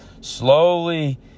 slowly